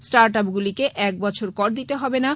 start আপগুলিকে এক বছর কর দিতে হবেনা